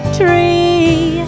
tree